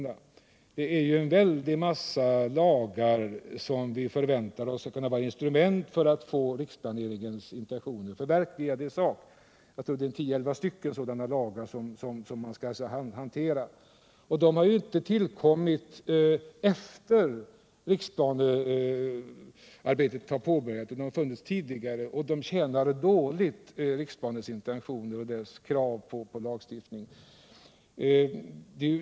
Det är — fjällområden en väldig massa lagar — jag tror det är tio elva stycken — som vi måste använda oss av när det gäller riksplaneringen. De har inte kommit till efter det att arbetet med riksplanen har påbörjats utan de har funnits tidigare, och de tjänar dåligt riksplanens intentioner och krav på lagstiftning.